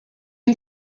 une